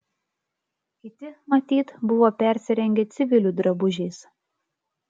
kiti matyt buvo persirengę civilių drabužiais